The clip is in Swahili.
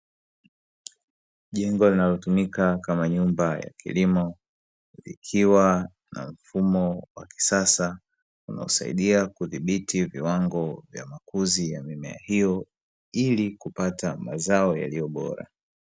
Jengo linalotumika kama nyumba kilimo, ikiwa mfumo wa kisasa unaosaidia kudhibiti viwango vya makuzi ya mimea hiyo ili kupata mazao yaliyo bora.